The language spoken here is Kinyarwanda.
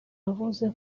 yavuze